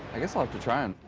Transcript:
i guess i'll have to try and